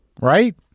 right